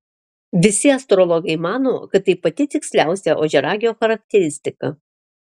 visi astrologai mano kad tai pati tiksliausia ožiaragio charakteristika